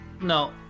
No